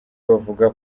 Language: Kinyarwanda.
bavuga